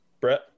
brett